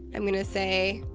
i'm gonna say,